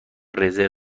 رزرو